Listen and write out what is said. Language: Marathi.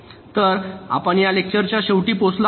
तर आपण या लेक्चरच्या शेवटी पोहोचलो आहोत